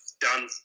done